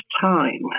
time